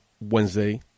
Wednesday